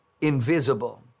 invisible